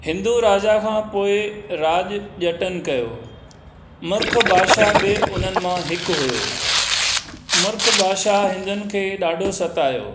हिंदू राजा खां पोइ राजु ॼटनि कयो मिर्ख बादशाह बि हुननि मां हिकु हुयो मिर्ख बादशाह हिंदुनि खे ॾाढो सतायो